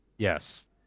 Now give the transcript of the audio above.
Yes